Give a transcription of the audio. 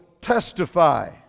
testify